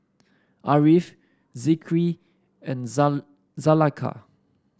Ariff Zikri and Zulaikha